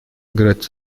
играть